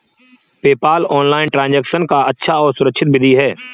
PayPal online transaction का अच्छा और सुरक्षित विधि है